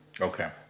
okay